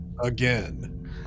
Again